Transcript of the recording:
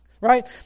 Right